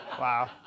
Wow